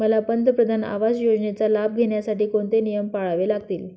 मला पंतप्रधान आवास योजनेचा लाभ घेण्यासाठी कोणते नियम पाळावे लागतील?